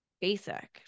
basic